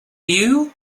you